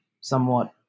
somewhat